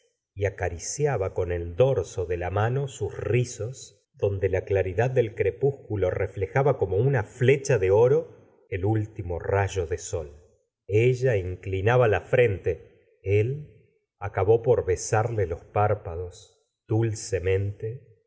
y acariciaba con el dorso de la mano sus rizos donde la claridad del crepúsculo reflejaba como una fecha de oro el último rayo de sol ella inclinaba la frente el acabó por besarle los párpados dulcemente